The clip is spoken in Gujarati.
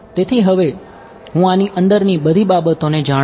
તેથી હવે હું આની અંદરની બધી બાબતોને જાણું છું